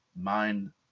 mind